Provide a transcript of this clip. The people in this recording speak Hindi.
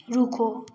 रुको